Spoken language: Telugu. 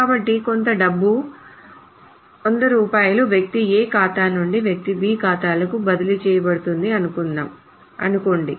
కాబట్టి కొంత డబ్బు కాబట్టి 100 రూపాయలు వ్యక్తి A ఖాతా నుండి వ్యక్తి B ఖాతాకు బదిలీ చేయబడుతుందని అనుకోండి